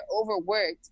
overworked